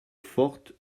forte